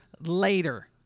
later